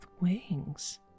wings